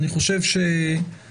אני חושב שהמחלוקת